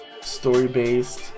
story-based